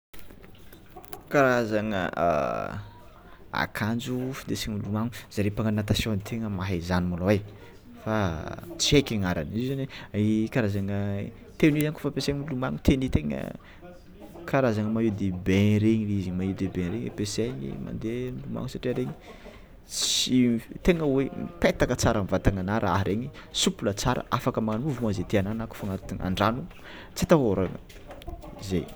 Karazagna akanjo findesiny milomano zareo mpagnagno natation tegna mahay zay môlô fa tsy heky agnarany izy io zany karazagna tenue iany koa fampiasiany tenue tegna karazagna maillot de bain regny maillot de bain ampiasainy mandeha milomagno satria regny tegna hoe mipetaka tsara amy vatananao raha regny souple tsara afaka manovogna ze tianao na koa fô agnat- an-drano tsy atahôragna zay.